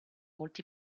molti